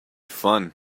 fun